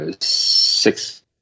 six